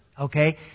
Okay